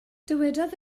dywedodd